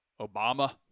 Obama